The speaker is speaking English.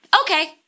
okay